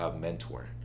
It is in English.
Mentor